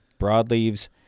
broadleaves